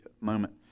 moment